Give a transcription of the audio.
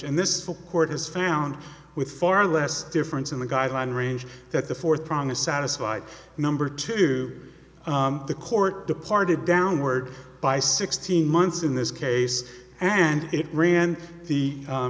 full court has found with far less difference in the guideline range that the fourth promise satisfied number two the court departed downward by sixteen months in this case and it ran the